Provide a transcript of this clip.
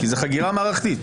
כי זו חקירה מערכתית.